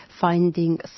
finding